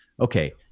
Okay